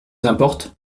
importe